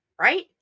right